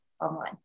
online